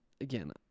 again